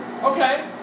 Okay